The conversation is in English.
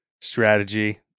strategy